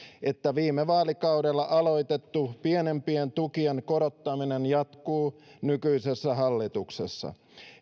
että viime vaalikaudella aloitettu pienempien tukien korottaminen jatkuu nykyisessä hallituksessa